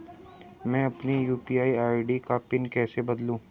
मैं अपनी UPI ID का पिन कैसे बदलूं?